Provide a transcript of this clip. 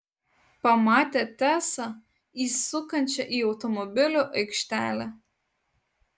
pamatė tesą įsukančią į automobilių aikštelę